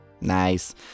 Nice